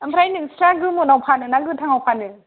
आमफ्राय नोंस्रा गोमोनाव फानो ना गोथाङाव फानो